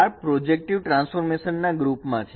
આ projective transformation ના group માંછે